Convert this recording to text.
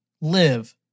live